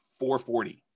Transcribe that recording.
440